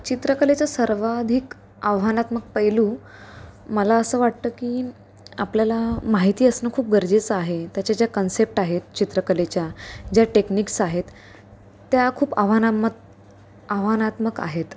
चित्रकलेचं सर्वाधिक आव्हानात्मक पैलू मला असं वाटतं की आपल्याला माहिती असणं खूप गरजेचं आहे त्याच्या ज्या कन्सेप्ट आहेत चित्रकलेच्या ज्या टेक्निक्स आहेत त्या खूप आव्हानामक आव्हानात्मक आहेत